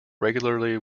regularly